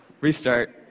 Restart